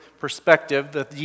perspective